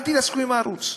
אל תתעסקו עם הערוץ.